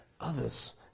others